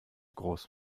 groß